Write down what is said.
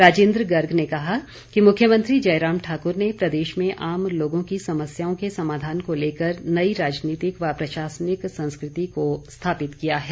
राजिन्द्र गर्ग ने कहा कि मुख्यमंत्री जयराम ठाकर ने प्रदेश में आम लोगों की समस्याओं के समाधान को लेकर नई राजनीतिक व प्रशासनिक संस्कृति को स्थापित किया है